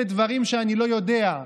אלה דברים שאני לא יודע,